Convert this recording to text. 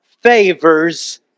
favors